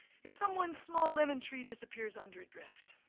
if someone's small lemon tree disappears under a drift,